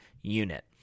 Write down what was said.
unit